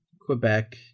Quebec